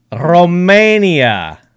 romania